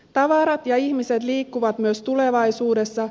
tavarat ja ihmiset liikkuvat myös tulevaisuudessa